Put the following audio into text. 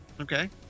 Okay